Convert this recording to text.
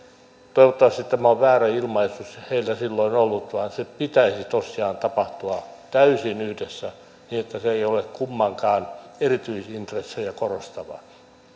toivottavasti tämä on väärä ilmaisu heiltä silloin ollut sen pitäisi tosiaan tapahtua täysin yhdessä niin että se ei ole kummankaan erityisintressejä korostavaa